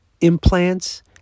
implants